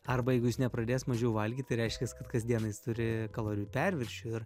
arba jeigu jis nepradės mažiau valgyt tai reiškias kad kasdieną jis turi kalorijų perviršį ir